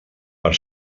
per